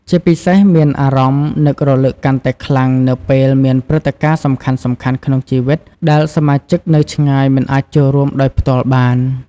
ជាពិសេស មានអារម្មណ៍នឹករលឹកកាន់តែខ្លាំងនៅពេលមាន ព្រឹត្តិការណ៍សំខាន់ៗក្នុងជីវិត ដែលសមាជិកនៅឆ្ងាយមិនអាចចូលរួមដោយផ្ទាល់បាន។